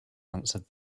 answered